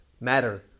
matter